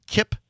Kip